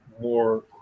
more